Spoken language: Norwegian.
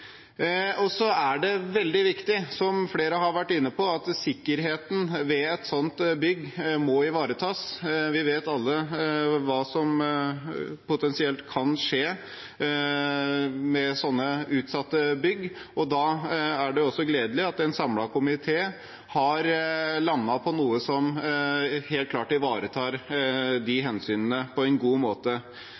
arbeidet. Så er det veldig viktig, som flere har vært inne på, at sikkerheten ved et slikt bygg må ivaretas. Vi vet alle hva som potensielt kan skje med slike utsatte bygg, og da er det gledelig at en samlet komité har landet på noe som helt klart ivaretar de hensynene på en god måte.